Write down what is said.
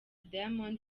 diamond